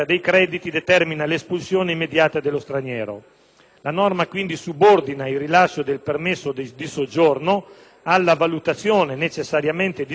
La norma subordina, quindi, il rilascio del permesso di soggiorno alla valutazione (necessariamente discrezionale) da parte dell'autorità amministrativa.